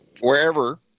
wherever